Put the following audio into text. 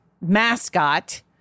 mascot